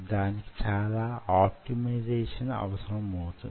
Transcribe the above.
దానికి చాలా ఆప్టిమైజేషన్ అవసరమౌతుంది